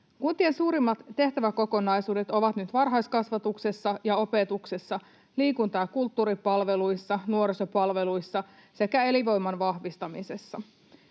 Kuntien suurimmat tehtäväkokonaisuudet ovat nyt varhaiskasvatuksessa ja opetuksessa, liikunta- ja kulttuuripalveluissa, nuorisopalveluissa sekä elinvoiman vahvistamisessa.